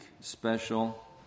special